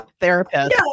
therapist